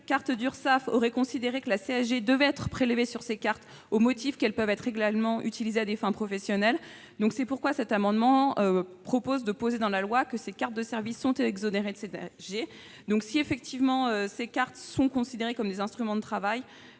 caisses d'Urssaf auraient considéré que la CSG devait être prélevée sur ces cartes, au motif qu'elles peuvent être également utilisées à des fins professionnelles. C'est pourquoi les auteurs de cet amendement proposent d'inscrire dans la loi que ces cartes de service sont exonérées de CSG. Si, effectivement, ces cartes sont considérées comme des instruments de travail,